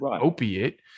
opiate